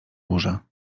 burza